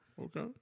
Okay